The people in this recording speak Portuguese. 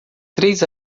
três